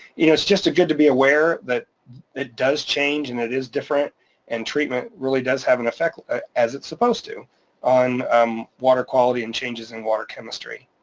you know it's just good to be aware that it does change and it is different and treatment really does have an effect as it's supposed to on um water quality and changes in water chemistry.